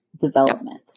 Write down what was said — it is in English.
development